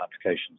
applications